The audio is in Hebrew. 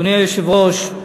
אדוני היושב-ראש,